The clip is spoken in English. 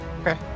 Okay